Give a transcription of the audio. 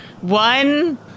One